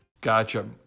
Gotcha